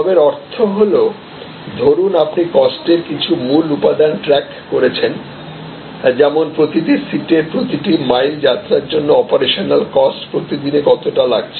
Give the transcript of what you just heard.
তবে এর অর্থ হল ধরুন আপনি কস্টের কিছু মূল উপাদান ট্র্যাক করছেনযেমন প্রতিটি সিটের প্রতিটি মাইল যাত্রার জন্য অপারেশনাল কস্ট প্রতিদিনে কতটা লাগছে